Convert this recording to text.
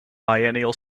biennial